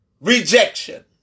rejection